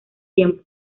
tiempo